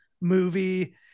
movie